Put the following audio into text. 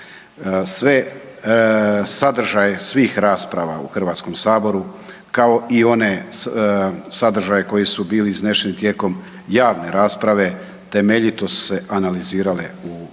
Sve sadržaje svih rasprava u Hrvatskom saboru kao i one sadržaje koji su bili iznesen tijekom javne rasprave, temeljito su se analizirale u